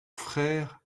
frère